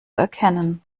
erkennen